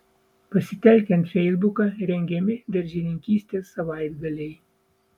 pasitelkiant feisbuką rengiami daržininkystės savaitgaliai